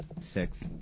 six